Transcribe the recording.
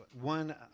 one